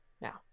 Now